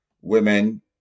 women